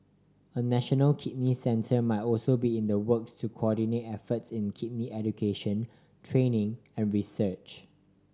a national kidney centre might also be in the works to coordinate efforts in kidney education training and research